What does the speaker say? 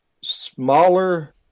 smaller